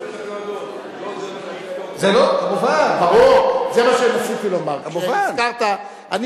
אבל צריך להודות, לא זה מה שיפתור את הבעיה.